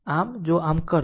આમ જો આમ કરો